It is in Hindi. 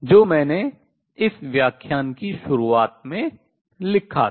जो मैंने इस व्याख्यान की शुरुआत में लिखा था